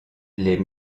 les